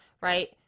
right